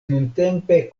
nuntempe